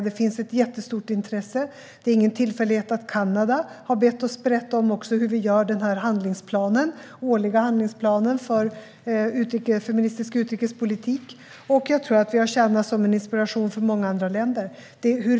Det finns ett jättestort intresse, och det är ingen tillfällighet att Kanada har bett oss berätta om hur vi gör den årliga handlingsplanen för en feministisk utrikespolitik. Jag tror att vi har tjänat som inspiration för många andra länder.